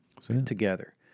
together